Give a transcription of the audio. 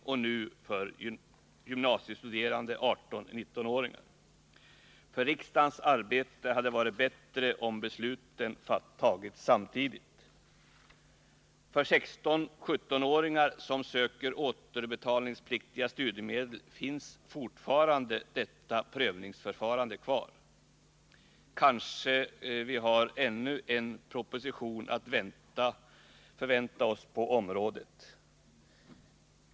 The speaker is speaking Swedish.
Med det beslut som vi nu strax skall fatta sker motsvarande för gymnasiestuderande 18-19-åringar. För riksdagens arbete hade det varit bättre om besluten fattats samtidigt. För 16-17-åringar som söker återbetalningspliktiga studiemedel finns fortfarande detta prövningsförfarande kvar. Kanske har vi att motse ytterligare en proposition på området.